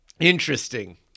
Interesting